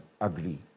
agree